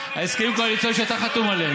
הסכמים קואליציוניים שאתה חתום עליהם,